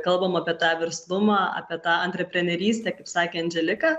kalbam apie tą verslumą apie tą antreprenerystę kaip sakė andželika